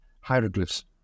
hieroglyphs